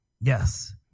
Yes